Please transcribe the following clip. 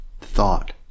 thought